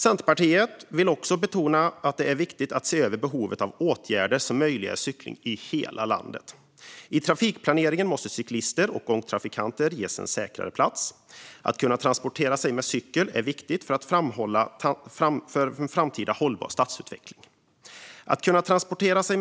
Centerpartiet vill också betona att det är viktigt att se över behovet av åtgärder som möjliggör cykling i hela landet. I trafikplaneringen måste cyklister och gångtrafikanter ges en säkrare plats. Att kunna transportera sig med cykel är viktigt för en framtida hållbar stadsutveckling.